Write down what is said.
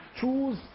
choose